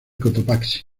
cotopaxi